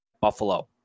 Buffalo